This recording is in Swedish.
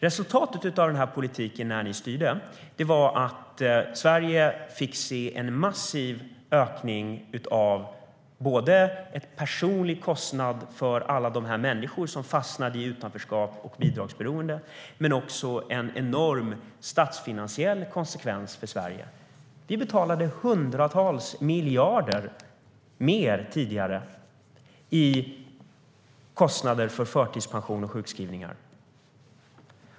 Resultatet av er politik när ni styrde var en massiv ökning både av personlig kostnad för alla människor som fastnade i utanförskap och bidragsberoende och en enorm statsfinansiell konsekvens för Sverige. Vi hade tidigare hundratals miljarder mer i kostnader för förtidspensioner och sjukskrivningar.